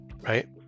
Right